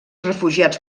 refugiats